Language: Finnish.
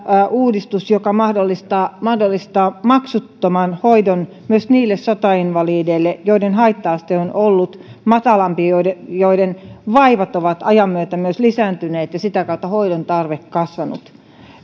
uudistus joka mahdollistaa mahdollistaa maksuttoman hoidon myös niille sotainvalideille joiden haitta aste on ollut matalampi mutta joiden vaivat ovat ajan myötä myös lisääntyneet ja sitä kautta hoidon tarve kasvanut